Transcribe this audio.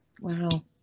Wow